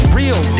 real